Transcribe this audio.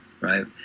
right